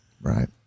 Right